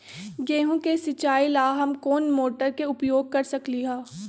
गेंहू के सिचाई ला हम कोंन मोटर के उपयोग कर सकली ह?